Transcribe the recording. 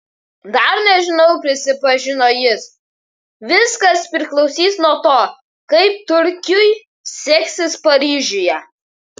dar nežinau prisipažino jis viskas priklausys nuo to kaip turkiui seksis paryžiuje